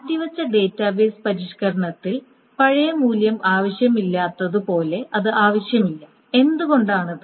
മാറ്റിവച്ച database പരിഷ്ക്കരണത്തിൽ പഴയ മൂല്യം ആവശ്യമില്ലാത്തത് പോലെ അത് ആവശ്യമില്ല എന്തുകൊണ്ടാണത്